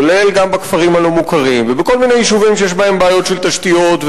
כולל בכפרים הלא-מוכרים ובכל מיני יישובים שיש בהם בעיות של תשתיות,